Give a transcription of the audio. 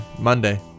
Monday